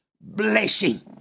blessing